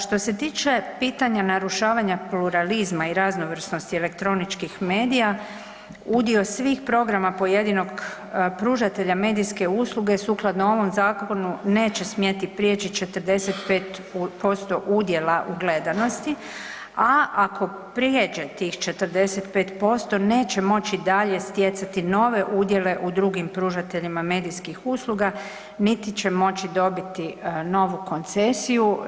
Što se tiče pitanja narušavanja pluralizma i raznovrsnosti elektroničkih medija, udio svih programa pojedinog pružatelja medijske usluge sukladno ovom zakonu neće smjeti prijeći 45% udjela u gledanosti, a ako prijeđe tih 45% neće moći dalje stjecati nove udjele u drugim pružateljima medijskih usluga niti će moći dobiti novu koncesiju.